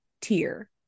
tier